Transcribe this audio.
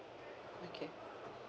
okay